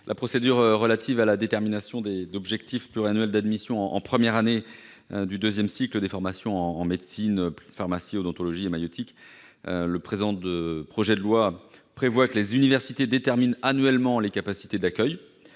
la procédure relative à la détermination des objectifs pluriannuels d'admission en première année du deuxième cycle des formations en médecine, pharmacie, odontologie et maïeutique. Le projet de loi prévoit que les universités déterminent annuellement les capacités d'accueil